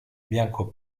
bianco